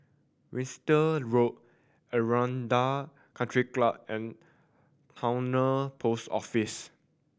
Winstedt Road Aranda Country Club and Towner Post Office